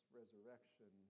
resurrection